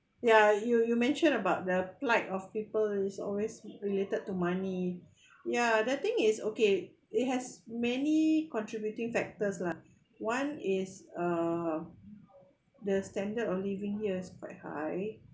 ya you you mention about the plight of people is always related to money ya the thing is okay it has many contributing factors lah one is uh the standard of living here is pretty high